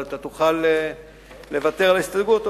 אבל אתה תוכל לוותר על ההסתייגות,